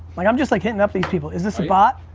like, i'm just like hitting up these people. is this a bot?